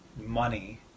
money